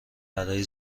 برای